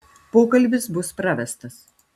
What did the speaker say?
pokalbis bus pravestas